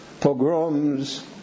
pogroms